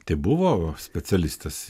tai buvo specialistas